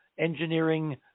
engineering